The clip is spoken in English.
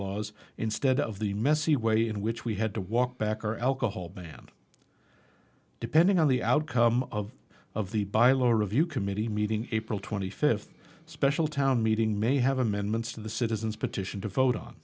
bylaws instead of the messy way in which we had to walk back or alcohol ban depending on the outcome of of the by law review committee meeting april twenty fifth special town meeting may have amendments to the citizens petition to vote on